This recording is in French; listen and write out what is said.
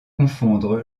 confondre